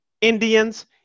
Indians